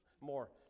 more